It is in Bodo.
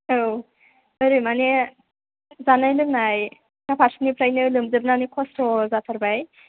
औ ओरै माने जानाय लोंनाय फारसेनिफ्रायनो लोमजोबनानै खस्थ' जाथारबाय